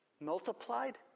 multiplied